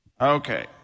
Okay